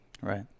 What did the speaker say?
Right